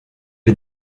est